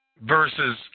versus